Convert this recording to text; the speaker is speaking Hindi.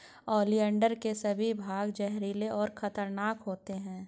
ओलियंडर के सभी भाग जहरीले और खतरनाक होते हैं